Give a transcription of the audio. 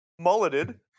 mulleted